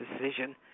decision